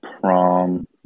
prom